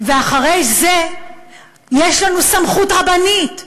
ואחרי זה יש לנו סמכות רבנית,